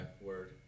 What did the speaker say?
Word